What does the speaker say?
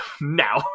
now